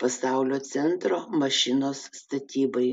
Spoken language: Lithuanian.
pasaulio centro mašinos statybai